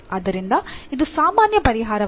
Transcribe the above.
ಆದ್ದರಿಂದ ಇದು ಸಾಮಾನ್ಯ ಪರಿಹಾರವಲ್ಲ